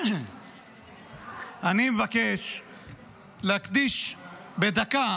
אני מבקש להקדיש בדקה